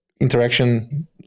interaction